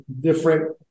different